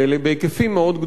בהיקפים מאוד גדולים.